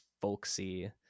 folksy